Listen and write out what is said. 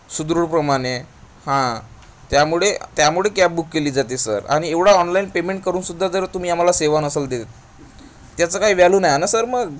सुदृढप्रमाणे हां त्यामुळे त्यामुळे कॅब बुक केली जाते सर आणि एवढा ऑनलाईन पेमेंट करून सुद्धा जर तुम्ही आम्हाला सेवा नसाल देत त्याचं काय व्हॅल्यू नाही ना सर मग